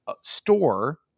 store